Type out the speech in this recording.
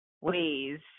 ways